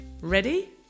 ready